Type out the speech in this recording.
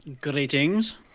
Greetings